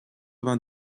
vingt